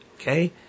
okay